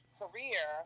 career